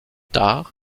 tard